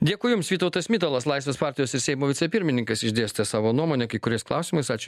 dėkui jums vytautas mitalas laisvės partijos ir seimo vicepirmininkas išdėstė savo nuomonę kai kuriais klausimais ačiū